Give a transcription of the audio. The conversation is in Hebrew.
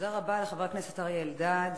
תודה רבה לחבר הכנסת אריה אלדד,